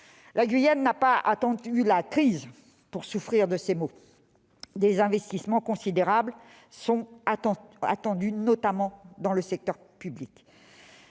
La Guyane n'a pas attendu la crise pour souffrir de tels maux. Des investissements considérables sont attendus, notamment dans le secteur public.